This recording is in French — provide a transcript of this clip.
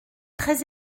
très